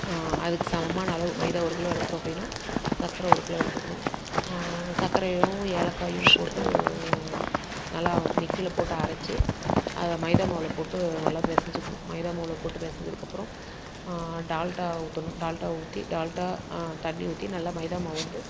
அதுக்கு சமமான அளவு மைதா ஒரு கிலோ எடுக்கிறோம் அப்படின்னா சக்கரை ஒரு கிலோ எடுத்துக்கணும் சக்கரையும் ஏலக்காயும் போட்டு நல்லா மிக்சியில போட்டு அரைச்சி அதை மைதா மாவில் போட்டு நல்லா பிசஞ்சிக்கிணும் மைதா மாவில் போட்டு பிசஞ்சதுக்கப்புறோம் டால்ட்டா ஊற்றணும் டால்ட்டா ஊற்றி டால்ட்டா தண்ணி ஊற்றி நல்லா மைதா மாவு வந்து